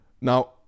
now